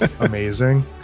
amazing